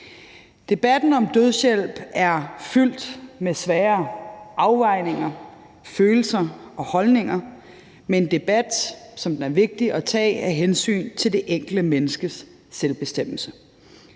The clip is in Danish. Debatten om dødshjælp er fyldt med svære afvejninger, følelser og holdninger, men det er en debat, som det er vigtigt at tage af hensyn til det enkelte menneskes selvbestemmelse.